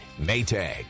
Maytag